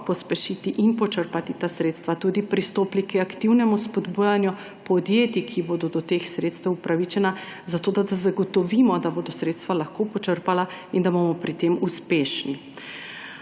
pospešiti in počrpati ta sredstva, tudi pristopili k aktivnemu spodbujanju podjetij, ki bodo do teh sredstev upravičena, da zagotovimo, da bodo sredstva lahko počrpala in da bomo pri tem uspešni.